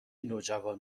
نوجوان